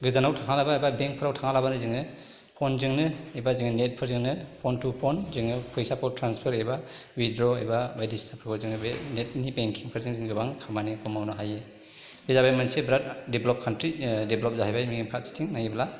गोजानाव थाङालाबानो एबा बेंकफ्राव थाङालाबानो जोङो फनजोंनो एबा जोङो नेटफोरजोंनो फन टु फन जोङो फैसाखौ ट्रान्सफार एबा उइड्र' एबा बायदिसिनाफ्राव जोङो बे नेटनि बेंकिंफोरजोंनो जोङो गोबां खामानिखौ मावनो हायो बे जादों मोनसे बिराथ डेभेलप कान्ट्रि डेभेलप जाहैबाय फारसेथिं नायोब्ला